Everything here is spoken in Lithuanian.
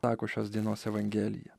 sako šios dienos evangelija